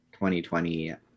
2020